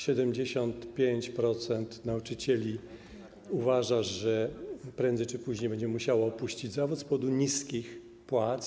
75% nauczycieli uważa, że prędzej czy później będzie musiało porzucić zawód z powodu niskich płac.